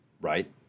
right